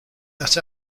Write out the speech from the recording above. that